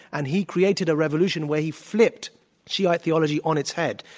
and he created a revolution where he flipped shiite theology on its head,